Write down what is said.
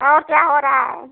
और क्या हो रहा है